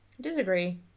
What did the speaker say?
Disagree